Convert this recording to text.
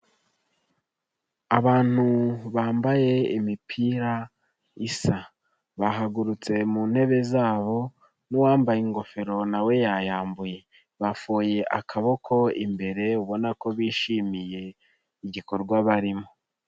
Abantu bambaye imipira isa, bahagurutse mu ntebe zabo n'uwambaye ingofero na we yayambuye, bafoye akaboko imbere ubona ko bishimiye igikorwa barimo.